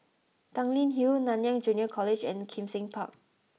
Tanglin Hill Nanyang Junior College and Kim Seng Park